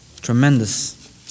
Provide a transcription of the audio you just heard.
Tremendous